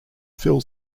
phil